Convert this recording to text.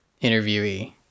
interviewee